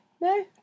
No